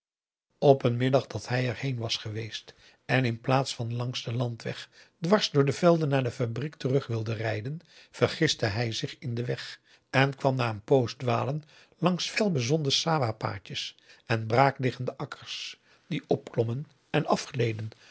op een middag dat hij er heen was geweest en in plaats van langs den landweg dwars door de velden naar de fabriek terug wilde rijden vergiste hij zich in den weg en kwam na een poos dwalen langs fel bezonde sawah paadjes en braakliggende akkers die opklommen en afgleden